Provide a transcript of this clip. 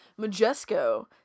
Majesco